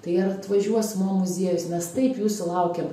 tai ar atvažiuos mo muziejus mes taip jūsų laukiam